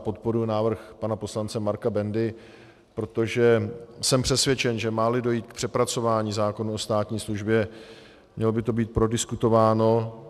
Já podporuji návrh pana poslance Marka Bendy, protože jsem přesvědčen, že máli dojít k přepracování zákonu o státní službě, mělo by to být prodiskutováno.